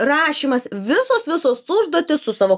rašymas visos visos užduotys su savo